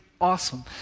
awesome